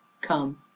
come